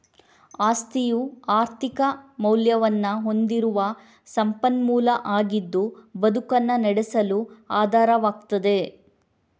ಆಸ್ತಿಯು ಆರ್ಥಿಕ ಮೌಲ್ಯವನ್ನ ಹೊಂದಿರುವ ಸಂಪನ್ಮೂಲ ಆಗಿದ್ದು ಬದುಕನ್ನ ನಡೆಸಲು ಆಧಾರವಾಗ್ತದೆ